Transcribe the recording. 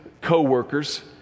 co-workers